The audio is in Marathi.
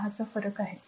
6 चा फरक आहे